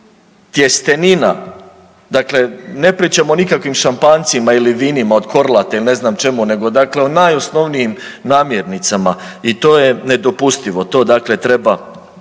tjestenina. Dakle, ne pričamo o nikakvim šampanjcima ili vinima od Korlata ili ne znam čemu, nego dakle o najosnovnijim namirnicama. I to je nedopustivo, to dakle treba